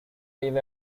live